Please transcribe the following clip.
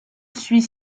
suis